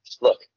look